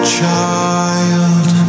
child